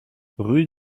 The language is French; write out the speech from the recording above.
rue